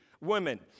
women